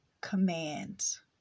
commands